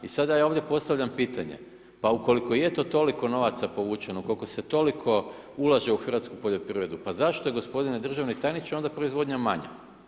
I sada ja ovdje postavljam pitanje, pa ukoliko je to toliko novaca povućeno, ukoliko se toliko ulaže u hrvatsku poljoprivredu pa zašto je gospodine državni tajniče onda proizvodnja manja?